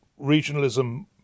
regionalism